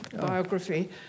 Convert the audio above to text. biography